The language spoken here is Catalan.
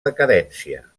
decadència